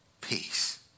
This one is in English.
peace